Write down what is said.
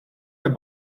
der